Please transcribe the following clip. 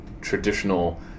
traditional